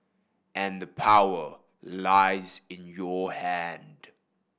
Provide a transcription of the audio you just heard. and the power lies in your hand